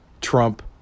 trump